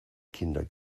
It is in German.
kinder